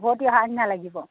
উভতি অহা নিচিনা লাগিব